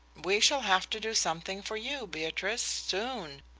we shall have to do something for you, beatrice, soon,